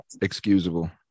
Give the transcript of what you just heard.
excusable